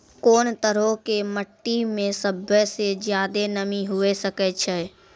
कोन तरहो के मट्टी मे सभ्भे से ज्यादे नमी हुये सकै छै?